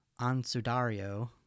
Ansudario